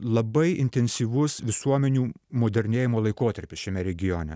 labai intensyvus visuomenių modernėjimo laikotarpis šiame regione